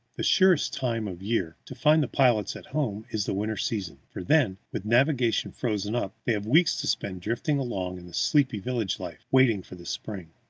the surest time of year to find the pilots at home is the winter season for then, with navigation frozen up, they have weeks to spend drifting along in the sleepy village life, waiting for the spring.